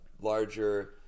larger